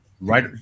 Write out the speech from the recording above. right –